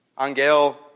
Angel